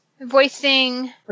voicing